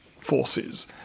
forces